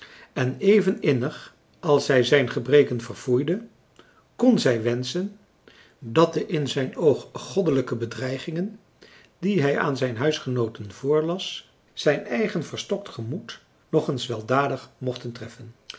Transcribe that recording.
en even innig als zij zijn gebreken verfoeide kon zij wenschen dat de in zijn oog goddelijke bedreigingen die hij aan zijn huisgenooten voorlas zijn eigen verstokt gemoed nog eens weldadig mochten treffen